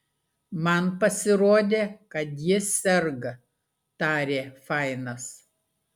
man pasirodė kad ji serga tarė fainas